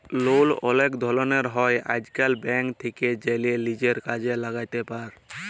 লল অলেক ধরলের হ্যয় আইজকাল, ব্যাংক থ্যাকে জ্যালে লিজের কাজে ল্যাগাতে পার